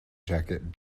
jacket